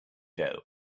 doe